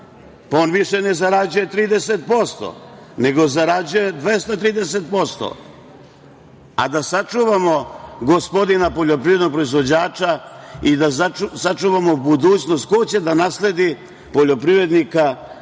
Pa, on više ne zarađuje 30%, nego zarađuje 230%, a da sačuvamo gospodina poljoprivrednog proizvođača i da sačuvamo budućnost, ko će da nasledi poljoprivrednika, deca,